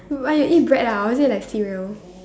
but you eat bread ah or is it like cereal